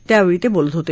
त्यावेळी ते बोलत होते